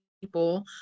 people